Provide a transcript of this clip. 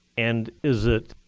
and is it